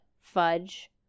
fudge